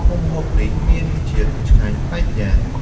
មុខម្ហូបនេះមានរសជាតិឆ្ងាញ់ប្លែកម្យ៉ាង។